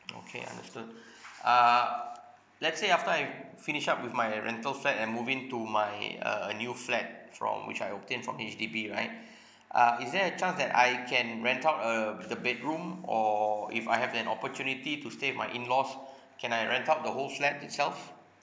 okay understood uh let's say after I'm finished up with my rental flat and moving to my uh a new flat from which I obtained from H_D_B right uh is there a chance that I can rent out a the bedroom or if I have an opportunity to stay at my in laws can I rent out the whole flat itself